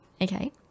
Okay